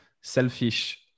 selfish